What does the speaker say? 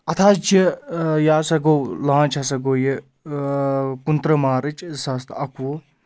اَتھ حظ چھِ یہِ ہَسا گوٚو لانچ ہَسا گوٚو یہِ کُنتٕرٕہ مارٕچ زٕ ساس تہٕ اَکوُہ